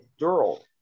Dural